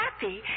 happy